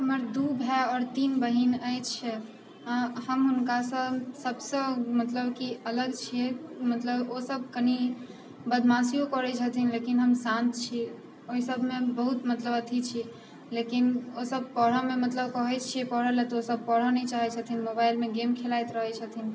हमरा दू भाइ आओर तीन बहिन अछि आ हम हुनका सॅं सबसे मतलब की अलग छियै मतलब ओसब कनी बदमासिओ करै छथिन लेकिन हम शान्त छी ओहिसब मे बहुत मतलब अथी छै लेकिन ओसब पढ़ऽमे मतलब कहै छियै पढ़ऽ लए तऽ ओसब पढ़ऽ नहि चाहै छथिन मोबाइलमे गेम खेलैत रहै छथिन